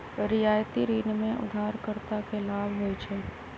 रियायती ऋण में उधारकर्ता के लाभ होइ छइ